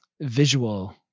visual